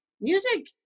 music